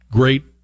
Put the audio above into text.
great